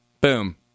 Boom